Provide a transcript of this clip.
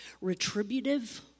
retributive